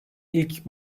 ilk